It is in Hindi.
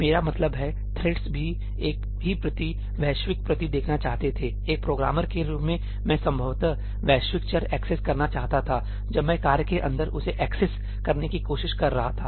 मेरा मतलब है थ्रेडस भी एक ही प्रति वैश्विक प्रति देखना चाहते थे एक प्रोग्रामर के रूप में मैं संभवतः वैश्विक चर एक्सेस करना चाहता था जब मैं कार्य के अंदर उसे एक्सेस करने की कोशिश कर रहा था